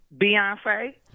Beyonce